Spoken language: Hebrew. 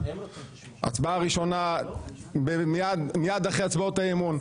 הצבעה ראשונה מיד אחרי הצבעות אי אמון.